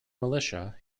militia